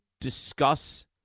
discuss